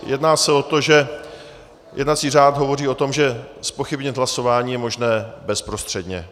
Jedná se o to, že jednací řád hovoří o tom, že zpochybnit hlasování je možné bezprostředně.